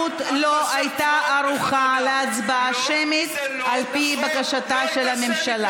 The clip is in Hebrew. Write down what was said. שאת מנצלת את העובדה שאת יושבת-ראש הישיבה,